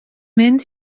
mynd